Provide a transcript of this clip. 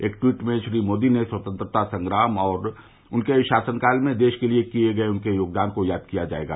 एक ट्वीट में श्री मोदी ने स्वतंत्रता संग्राम और उनके शासनकाल में देश के लिए किए गए उनके योगदान को याद किया जायेगा